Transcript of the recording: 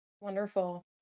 Wonderful